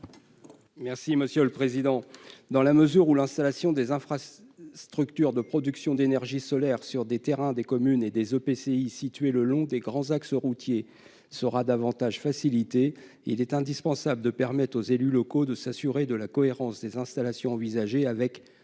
est à M. Patrick Chauvet. Dans la mesure où l'installation des infrastructures de production d'énergie solaire sur les terrains des communes et des EPCI situés le long des grands axes routiers sera facilitée, il est indispensable de permettre aux élus locaux de s'assurer de la cohérence des installations envisagées avec,